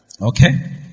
Okay